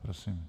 Prosím.